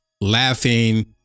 laughing